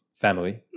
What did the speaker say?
family